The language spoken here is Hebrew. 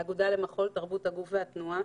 האגודה למחול, תרבות הגוף והתנועה.